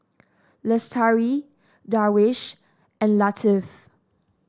Lestari Darwish and Latif